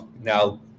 now